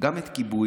גם את כיבוי,